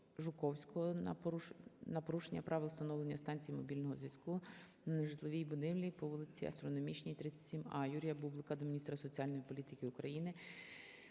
Жуковського, на порушення правил встановлення станції мобільного зв'язку на нежитловій будівлі по вулиці Астрономічній, 37-А. Юрія Бублика до міністра соціальної політики України